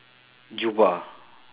jubah